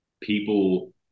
people –